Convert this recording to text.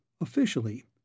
Officially